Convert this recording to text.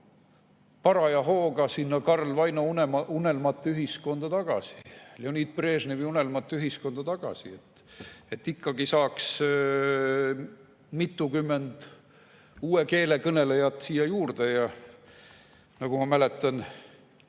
paraja hooga tagasi sinna Karl Vaino unelmate ühiskonda, Leonid Brežnevi unelmate ühiskonda, et ikkagi saaks mitukümmend uue keele kõnelejat siia juurde. Nagu ma mäletan